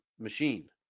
Machine